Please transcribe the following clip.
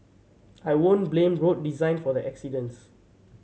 I wouldn't blame road design for the accidents